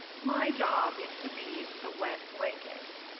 my job is to be the wet blanket.